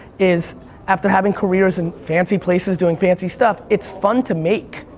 is after having careers in fancy places, doing fancy stuff it's fun to make.